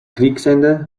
kriegsende